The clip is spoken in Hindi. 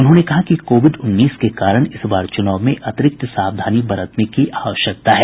उन्होंने कहा कि कोविड उन्नीस के कारण इस बार चुनाव में अतिरिक्त सावधानी बरतने की आवश्यकता है